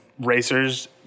racers